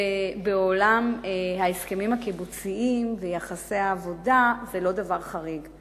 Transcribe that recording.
ובעולם ההסכמים הקיבוציים ויחסי העבודה זה לא דבר חריג.